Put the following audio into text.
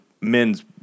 men's